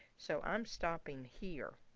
so i'm stopping here,